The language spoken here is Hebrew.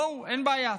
בואו, אין בעיה.